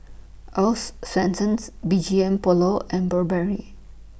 Earl's Swensens B G M Polo and Burberry